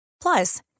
Plus